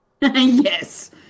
Yes